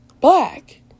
black